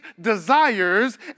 desires